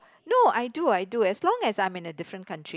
no I do I do as long as I'm in a different country